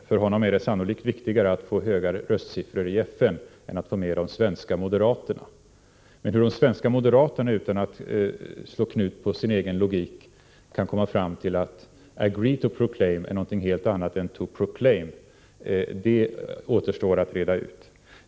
För honom är det sannolikt viktigare att få höga röstsiffror i FN än att få med de svenska moderaterna. Men hur de svenska moderaterna, utan att slå knut på sin egen logik, kan komma fram till att ”agree to proclaim” är något helt annat än ”to proclaim” återstår att reda ut.